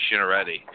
already